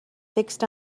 fixed